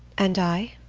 and i?